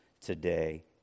today